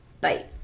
Bye